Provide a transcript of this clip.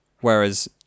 Whereas